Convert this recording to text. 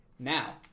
Now